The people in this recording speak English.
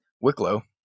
Wicklow